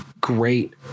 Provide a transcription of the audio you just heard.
great